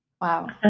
Wow